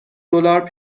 دلار